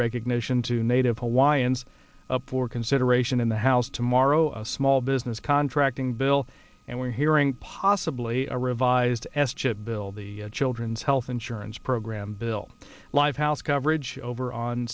recognition to native hawaiians up for consideration in the house tomorrow a small business contracting bill and we're hearing possibly a revised s chip bill the children's health insurance program bill lifehouse coverage over on